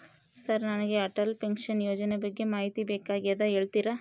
Sir ನನಗೆ Atal pension ಯೋಜನೆ ಬಗ್ಗೆ ಮಾಹಿತಿ ಬೇಕಾಗ್ಯದ ಹೇಳ್ತೇರಾ?